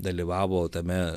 dalyvavo tame